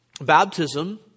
Baptism